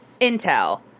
Intel